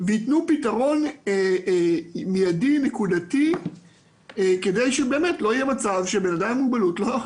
וייתנו פתרון מיידי נקודתי כדי שבאמת לא יהיה מצב שאדם עם מוגבלות יחכה.